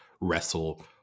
wrestle